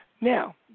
Now